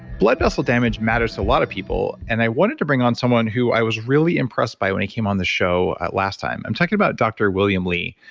blood vessel damage matters to a lot of people and i wanted to bring on someone who i was really impressed by when he came on the show last time i'm talking about dr. william li,